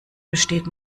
besteht